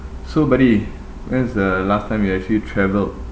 so buddy when was the last time you actually travelled